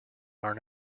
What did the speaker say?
are